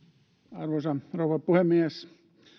arvoisa rouva puhemies